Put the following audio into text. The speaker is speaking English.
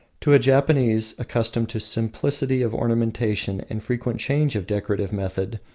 to a japanese, accustomed to simplicity of ornamentation and frequent change of decorative method,